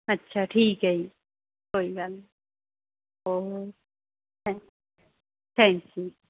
ਅੱਛਾ ਠੀਕ ਹੈ ਜੀ ਕੋਈ ਗੱਲ ਨਹੀਂ ਓ ਥੈ ਥੈਂਕ ਯੂ